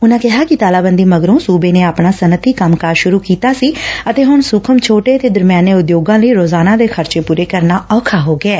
ਉਨਾਂ ਕਿਹਾ ਕਿ ਤਾਲਾਬੰਦੀ ਮਗਰੋਂ ਸੂਬੇ ਨੇ ਆਪਣਾ ਸੱਨਅਤੀ ਕੰਮਕਾਜ ਸੁਰੂ ਕੀਤਾ ਸੀ ਅਤੇ ਹੁਣ ਸੁਖ਼ਮ ਛੋਟੇ ਅਤੇ ਦਰਮਿਆਨੇ ਉਦਯੋਗਾ ਲਈ ਰੋਜ਼ਾਨਾ ਦੇ ਖਰਚੇ ਪੁਰੇ ਕਰਨਾ ਔਖਾ ਹੋ ਗਿਐ